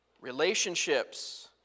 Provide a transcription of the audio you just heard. relationships